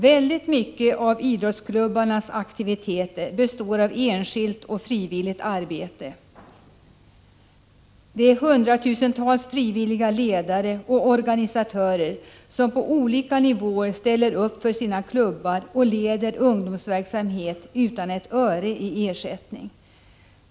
Väldigt mycket av idrottsklubbarnas aktiviteter består av enskilt och frivilligt arbete. Det finns hundratusentals frivilliga ledare och organisatörer som på olika nivåer ställer upp för sina klubbar och leder ungdomsverksamhet utan ett öre i ersättning.